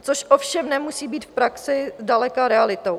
Což ovšem nemusí být v praxi zdaleka realitou.